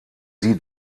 sie